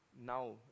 now